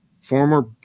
former